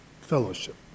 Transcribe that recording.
fellowship